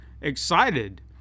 excited